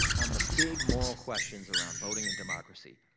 on the big moral questions around voting and democracy,